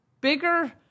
Bigger